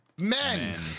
Men